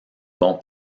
bon